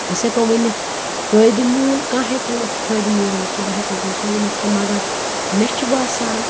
أسۍ ہٮ۪کو ؤنِتھ فٲیدٕ میول کانٛہہ ہٮ۪کہِ ؤنِتھ فٲیدٕ میول نہٕ کہِ بہٕ ہٮ۪کہٕ نہٕ تٔمۍ سُند ؤنِتھ کیٚنٛہہ مگر مےٚ چھُ بَسان